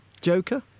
Joker